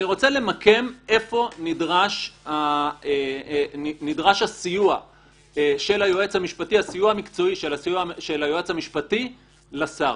אני רוצה למקם איפה נדרש הסיוע המקצועי של היועץ המשפטי לשר.